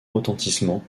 retentissement